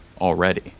already